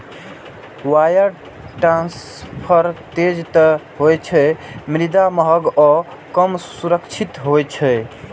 wire transfer तेज तं होइ छै, मुदा महग आ कम सुरक्षित होइ छै